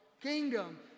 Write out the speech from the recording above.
Kingdom